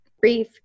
brief